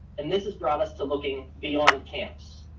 and this has brought us to looking beyond camps.